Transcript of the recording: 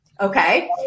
Okay